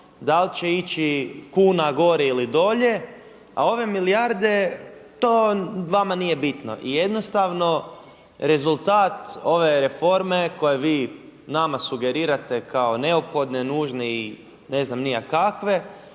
da li će ići kuna gore ili dolje. A ove milijarde to vama nije bitno. I jednostavno rezultat ove reforme koje vi nama sugerirate kao neophodne, nužne i ne znam ni ja kakve